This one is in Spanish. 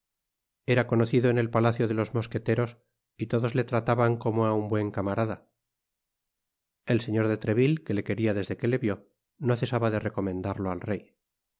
era conocido en el palacio de los mosqueteros y todos le trataban como á un buen camarada el señor de treville que le queria desde que le vió no cesaba de recomendarlo al rey